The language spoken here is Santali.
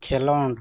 ᱠᱷᱮᱞᱳᱸᱰ